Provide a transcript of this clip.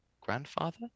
grandfather